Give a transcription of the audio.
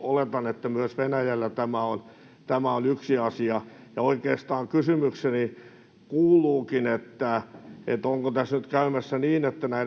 Oletan, että myös Venäjällä tämä on yksi asia. Ja oikeastaan kysymykseni kuuluukin, onko tässä nyt käymässä niin, että nämä